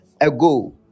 ago